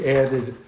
added